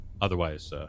otherwise